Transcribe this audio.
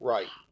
Right